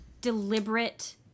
deliberate